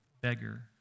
beggar